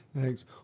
Thanks